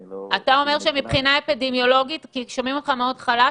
אני לא --- שומעים אותך מאוד חלש.